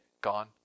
Gone